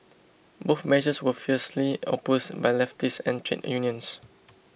both measures were fiercely opposed by leftists and trade unions